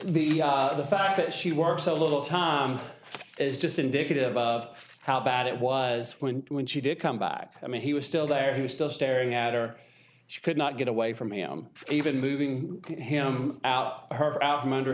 the fact that she works so little time is just indicative of how bad it was when when she did come back i mean he was still there he was still staring at her she could not get away from him even moving him out her out from under